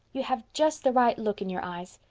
you have just the right look in your eyes.